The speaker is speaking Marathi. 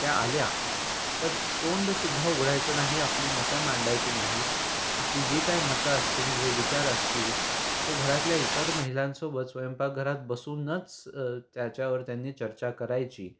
त्या आल्या तर तोंडसुद्धा उघडायचं नाही आपली मतं मांडायची नाहीत आपली जी काय मतं असतील जे विचार असतील ते घरातल्या इतर महिलांसोबत स्वयंपाकघरात बसूनच त्याच्यावर त्यांनी चर्चा करायची